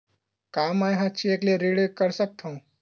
का मैं ह चेक ले ऋण कर सकथव?